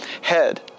head